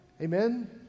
Amen